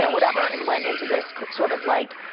yeah whatever, and went into this sort of like